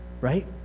right